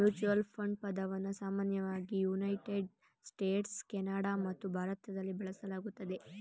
mutual fund ಪದವನ್ನ ಸಾಮಾನ್ಯವಾಗಿ United States, Canada ಮತ್ತು ಭಾರತದಲ್ಲಿ ಬಳಸಲಾಗುತ್ತೆ